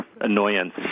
annoyance